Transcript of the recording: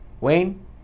Wayne